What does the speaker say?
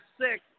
six